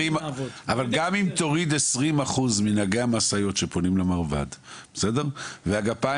תוריד 20% מנהגי המשאיות שפונים למרב"ד והגפיים